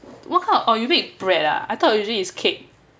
!wow! oh you make bread ah I thought usually is cake